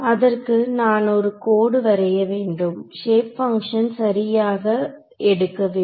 அதற்கு நான் ஒரு கோடு வரைய வேண்டும் ஷேப் பங்ஷன் சரியாக எடுக்க வேண்டும்